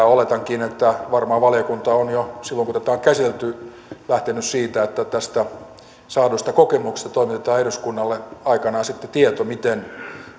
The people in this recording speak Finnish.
oletankin että varmaan valiokunta on jo silloin kun tätä on käsitelty lähtenyt siitä että tästä saadusta kokemuksesta toimitetaan eduskunnalle aikanaan sitten tieto miten